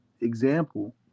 example